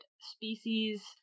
species